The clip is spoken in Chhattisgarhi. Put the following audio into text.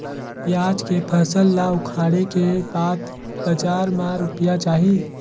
पियाज के फसल ला उखाड़े के बाद बजार मा रुपिया जाही?